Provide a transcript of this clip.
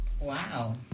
Wow